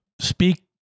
speak